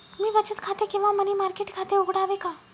मी बचत खाते किंवा मनी मार्केट खाते उघडावे का?